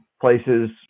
places